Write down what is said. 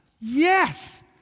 Yes